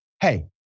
Hey